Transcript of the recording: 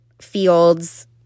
fields